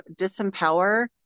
disempower